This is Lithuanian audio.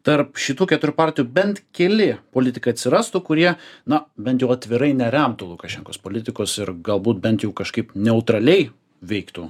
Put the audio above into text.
tarp šitų keturių partijų bent keli politikai atsirastų kurie na bent jau atvirai neremtų lukašenkos politikos ir galbūt bent jau kažkaip neutraliai veiktų